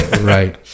Right